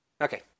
Okay